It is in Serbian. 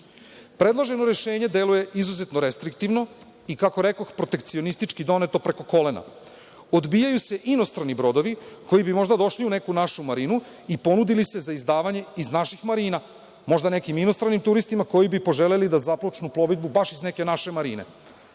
Predloženo rešenje deluje izuzetno restriktivno i kako rekoh, protecionistički doneto preko kolena. Odbijaju se inostrani brodovi koji bi možda došli u neku našu marinu i ponudili se za izdavanje iz naših marina, možda nekim inostranim turistima koji bi poželeli da započnu plovidbu baš iz neke naše marine.